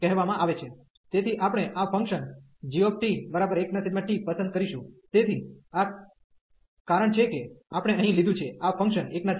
તેથી આપણે આ ફંક્શન g1t પસંદ કરીશું તેથી આ કારણ છે કે આપણે અહીં લીધું છે આ ફંક્શન 1t